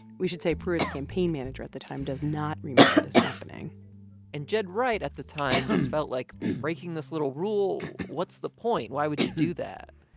we should say pruitt's campaign manager at the time does not remember this happening and ged wright at the time just felt like breaking this little rule what's the point? why would you do that?